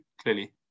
clearly